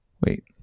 wait